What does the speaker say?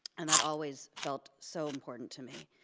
and that always felt so important to me.